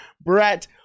Brett